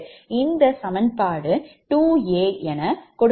இந்த சமன்பாடு 2 a என கொடுக்கப்பட்டுள்ளது